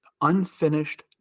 unfinished